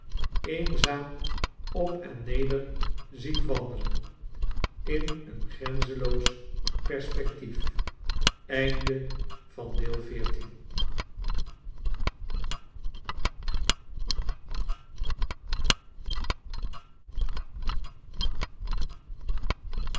eenzaam op en neder ziet wandelen in een grenzenloos perspectief